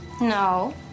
no